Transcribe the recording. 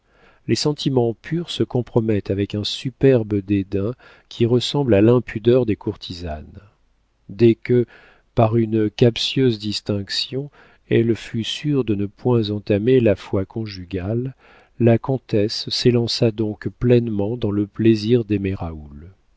les sentiments purs se compromettent avec un superbe dédain qui ressemble à l'impudeur des courtisanes dès que par une captieuse distinction elle fut sûre de ne point entamer la foi conjugale la comtesse s'élança donc pleinement dans le plaisir d'aimer